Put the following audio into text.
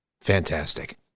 Fantastic